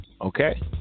Okay